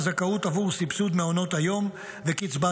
הזכאות עבור סבסוד מעונות היום וקצבת